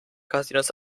casinos